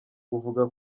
buvuga